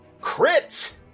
crit